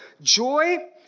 joy